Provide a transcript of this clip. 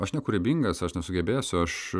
aš nekūrybingas aš nesugebėsiu aš